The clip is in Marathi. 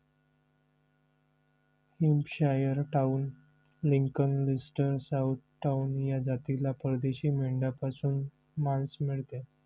Hampshire town, Lincoln, Leicester, south town या जातीला परदेशी मेंढ्यांपासून मांस मिळते